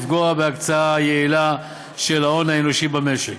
לפגוע בהקצאה יעילה של ההון האנושי במשק.